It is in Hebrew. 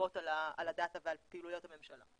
טובות על הדאטה ועל פעילויות הממשלה.